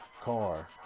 car